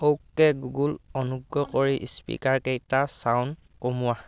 okay Google অনুগ্ৰহ কৰি স্পীকাৰকেইটাৰ ছাউণ্ড কমোৱা